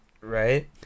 Right